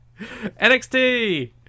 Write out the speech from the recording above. NXT